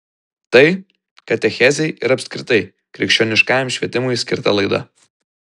tai katechezei ir apskritai krikščioniškajam švietimui skirta laida